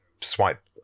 swipe